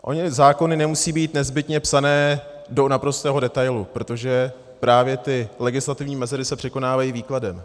Ony ty zákony nemusí být nezbytně psané do naprostého detailu, protože právě ty legislativní mezery se překonávají výkladem.